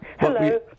Hello